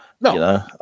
No